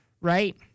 right